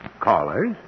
Callers